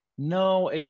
No